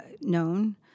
known